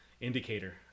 indicator